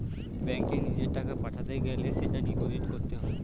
ব্যাঙ্কে নিজের টাকা পাঠাতে গেলে সেটা ডিপোজিট করতে হয়